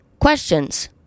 questions